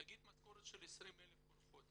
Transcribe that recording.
נגיד משכורת של 20,000 כל חודש.